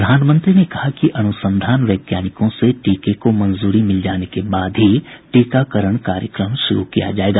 प्रधानमंत्री ने कहा कि अनुसंधान वैज्ञानिकों से टीके को मंजूरी मिल जाने के बाद ही टीकाकरण कार्यक्रम शुरू किया जायेगा